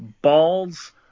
Balls